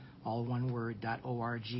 alloneword.org